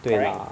对啦